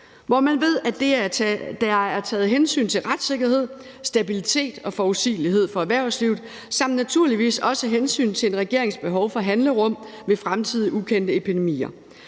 hvor man ved, at der er taget hensyn til retssikkerhed, stabilitet og forudsigelighed for erhvervslivet samt naturligvis også hensyn til en regerings behov for handlerum ved fremtidige ukendte epidemier,